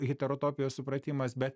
heterotopijos supratimas bet